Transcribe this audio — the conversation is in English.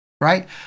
right